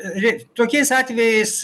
ret tokiais atvejais